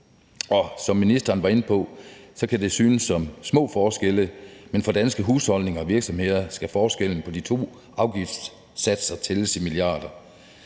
Og som ministeren var inde på, kan det synes som små forskelle, men for danske husholdninger og virksomheder skal forskellen på de to afgiftssatser tælles i milliarder.